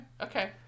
okay